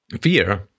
fear